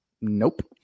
Nope